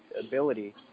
ability